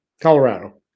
Colorado